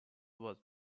was